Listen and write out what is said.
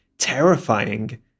terrifying